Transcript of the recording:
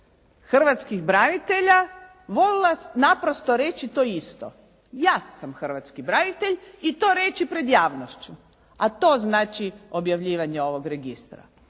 hrvatskih branitelja voljela naprosto reći to isto. Ja sam hrvatski branitelj i to reći pred javnošću, a to znači objavljivanje ovog registra.